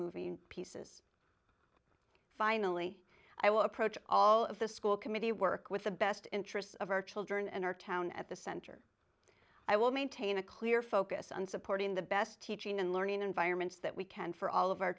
moving pieces finally i will approach all of the school committee work with the best interests of our children and our town at the center i will maintain a clear focus on supporting the best teaching and learning environments that we can for all of our